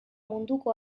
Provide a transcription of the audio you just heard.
munduko